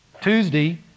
Tuesday